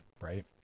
right